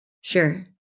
Sure